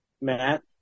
Matt